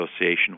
association